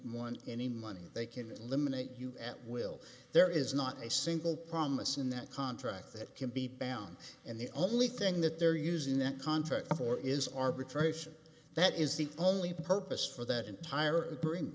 more on any money they can eliminate you at will there is not a single promise in that contract that can be bound and the only thing that they're using that contract for is arbitration that is the only purpose for that entire br